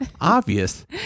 obvious